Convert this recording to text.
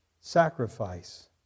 sacrifice